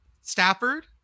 Stafford